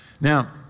Now